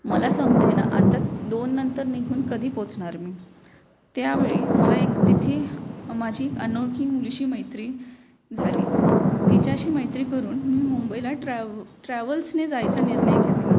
मला समजे ना आत्ता दोननंतर निघून कधी पोचणार मी त्यावेळी मला एक तिथे माझी अनोळखी मुलीशी मैत्री झाली तिच्याशी मैत्री करून मी मुंबईला ट्रॅव ट्रॅव्हल्सने जायचा निर्णय घेतला